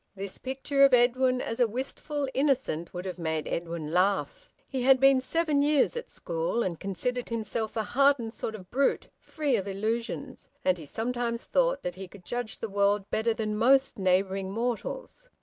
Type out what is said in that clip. this picture of edwin as a wistful innocent would have made edwin laugh. he had been seven years at school, and considered himself a hardened sort of brute, free of illusions. and he sometimes thought that he could judge the world better than most neighbouring mortals.